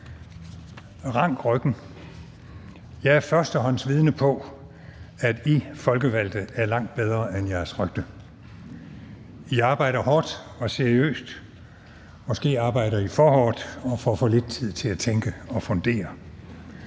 Rank ryggen. Jeg er førstehåndsvidne på, at I folkevalgte er langt bedre end jeres rygte. I arbejder hårdt og seriøst. Måske arbejder I for hårdt og får for lidt tid til at tænke og fundere.